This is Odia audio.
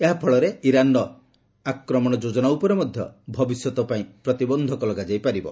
ଏହା ଫଳରେ ଇରାନ୍ର ଆକ୍ରମଣ ଯୋଜନା ଉପରେ ମଧ୍ୟ ଭବିଷ୍ୟତ ପାଇଁ ପ୍ରତିବନ୍ଧକ ଲଗାଯାଇ ପାରିବ